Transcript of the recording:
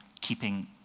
keeping